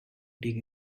dig